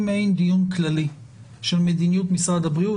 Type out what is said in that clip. מעין דיון כללי על מדיניות משרד הבריאות,